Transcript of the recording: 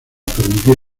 permitir